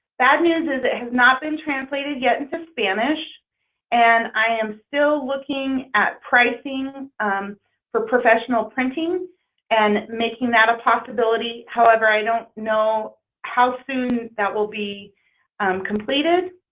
bad news is it has not been translated yet into spanish and i am still looking at pricing for professional printing and making that a possibility. however i don't know how soon that will be completed,